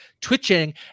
twitching